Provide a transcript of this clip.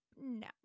no